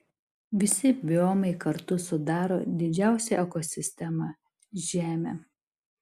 visi biomai kartu sudaro didžiausią ekosistemą žemę